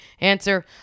answer